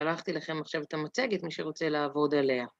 שלחתי לכם עכשיו את המצגת, מי שרוצה לעבוד עליה.